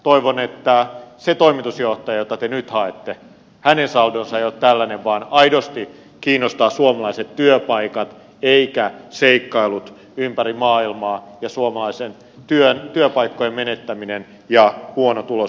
toivon että sen toimitusjohtajan jota te nyt haette saldo ei ole tällainen vaan aidosti kiinnostavat suomalaiset työpaikat eivätkä seikkailut ympäri maailmaa ja suomalaisten työpaikkojen menettäminen ja huono tulos